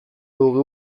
dugu